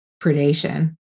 predation